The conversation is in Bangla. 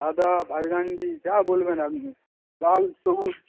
সাদা বার্গান্ডি যা বলবেন আপনি লাল সবুজ